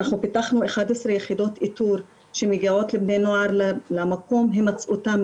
אנחנו פתחנו 11 יחידות איתור שמגיעות לבני נוער למקום הימצאותם,